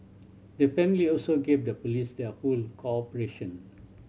the family also gave the police their full cooperation